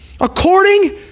According